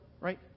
right